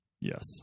Yes